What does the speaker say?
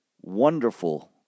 wonderful